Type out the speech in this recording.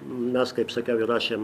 mes kaip sakiau įrašėm